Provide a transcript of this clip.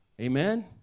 Amen